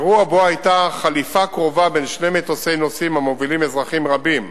אירוע שבו היתה חליפה קרובה בין שני מטוסי נוסעים המובילים אזרחים רבים,